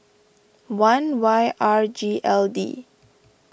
one Y R G L D